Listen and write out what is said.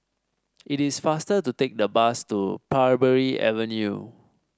it is faster to take the bus to Parbury Avenue